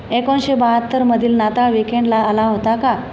एकोणिशे बहात्तरमधील नाताळ विकेंडला आला होता का